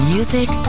Music